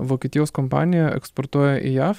vokietijos kompanija eksportuoja į jav